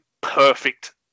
perfect